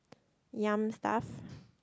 yum stuff